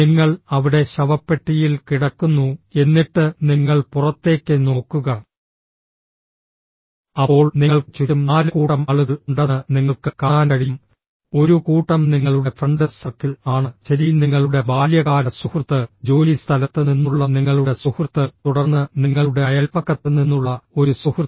നിങ്ങൾ അവിടെ ശവപ്പെട്ടിയിൽ കിടക്കുന്നു എന്നിട്ട് നിങ്ങൾ പുറത്തേക്ക് നോക്കുക അപ്പോൾ നിങ്ങൾക്ക് ചുറ്റും നാല് കൂട്ടം ആളുകൾ ഉണ്ടെന്ന് നിങ്ങൾക്ക് കാണാൻ കഴിയും ഒരു കൂട്ടം നിങ്ങളുടെ ഫ്രണ്ട് സർക്കിൾ ആണ് ശരി നിങ്ങളുടെ ബാല്യകാല സുഹൃത്ത് ജോലിസ്ഥലത്ത് നിന്നുള്ള നിങ്ങളുടെ സുഹൃത്ത് തുടർന്ന് നിങ്ങളുടെ അയൽപക്കത്ത് നിന്നുള്ള ഒരു സുഹൃത്ത്